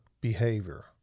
behavior